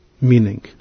meaning